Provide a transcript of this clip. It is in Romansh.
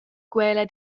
quella